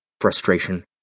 frustration